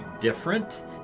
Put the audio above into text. different